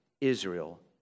Israel